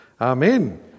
Amen